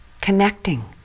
Connecting